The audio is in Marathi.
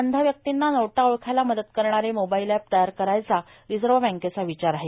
अंध व्यक्तींना नोटा ओळखायला मदत करणारे मोबाईल अॅप तयार करायचा रिझर्व बँकेचा विचार आहे